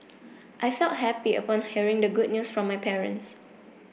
I felt happy upon hearing the good news from my parents